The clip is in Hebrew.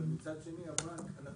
אנחנו